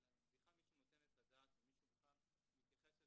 אלא אם בכלל מישהו נותן את הדעת ומישהו בכלל מתייחס לזה.